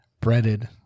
breaded